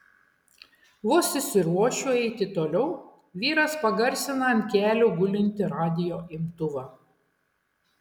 vos susiruošiu eiti toliau vyras pagarsina ant kelių gulintį radijo imtuvą